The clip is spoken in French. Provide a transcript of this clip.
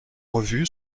revue